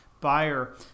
buyer